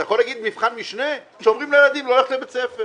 אתה יכול לומר מבחן משנה כשאומרים לילדים לא ללכת לבית הספר